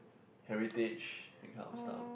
heritage that kind of stuff